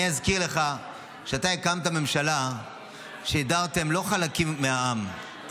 אני אזכיר לך שאתה הקמת הממשלה שבה הדרתם לא חלקים מהעם,